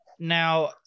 Now